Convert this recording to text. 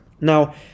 Now